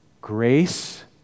Grace